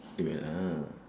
eh wait ah